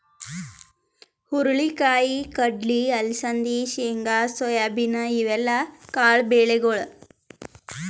ಹುರಳಿ ಕಾಯಿ, ಕಡ್ಲಿ, ಅಲಸಂದಿ, ಶೇಂಗಾ, ಸೋಯಾಬೀನ್ ಇವೆಲ್ಲ ಕಾಳ್ ಬೆಳಿಗೊಳ್